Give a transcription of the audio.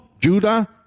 Judah